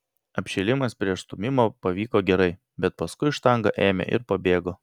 apšilimas prieš stūmimą pavyko gerai bet paskui štanga ėmė ir pabėgo